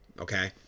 Okay